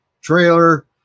trailer